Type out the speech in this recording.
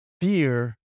fear